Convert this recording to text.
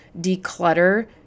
declutter